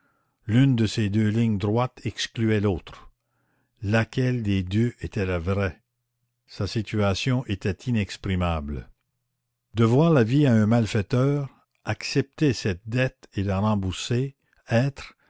l'une de ces deux lignes droites excluait l'autre laquelle des deux était la vraie sa situation était inexprimable devoir la vie à un malfaiteur accepter cette dette et la rembourser être